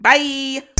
Bye